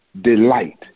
delight